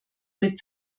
mit